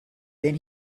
then